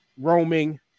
roaming